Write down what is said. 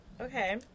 Okay